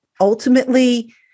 ultimately